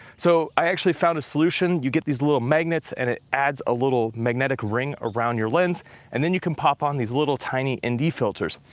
so, i actually found a solution. you get these little magnets and it adds a little magnetic ring around your lens and then you can pop on these little tiny and nd filters.